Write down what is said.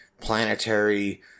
planetary